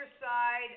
side